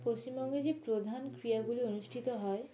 পশ্চিমবঙ্গে যে প্রধান ক্রিয়াগুলি অনুষ্ঠিত হয়